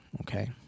okay